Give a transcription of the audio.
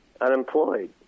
unemployed